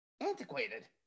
antiquated